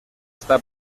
está